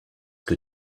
que